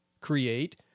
create